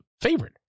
favorite